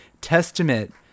testament